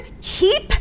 keep